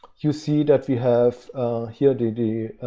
you see that we have here the the